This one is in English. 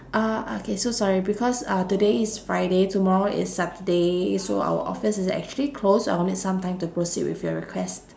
uh okay so sorry because uh today is friday tomorrow is saturday so our office is actually closed I will need some time to proceed with your request